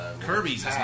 Kirby's